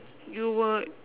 you were